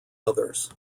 others